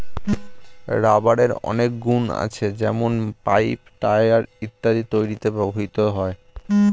রাবারের অনেক গুন আছে যেমন পাইপ, টায়র ইত্যাদি তৈরিতে ব্যবহৃত হয়